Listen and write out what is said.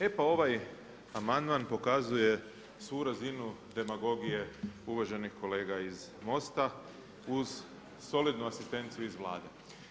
E pa ovaj amandman pokazuje svu razinu demagogije uvaženih kolega iz Most-a uz solidnu asistenciju iz Vlade.